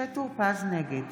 נגד